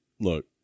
look